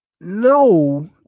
No